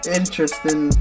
interesting